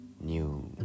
new